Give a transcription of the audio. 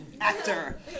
actor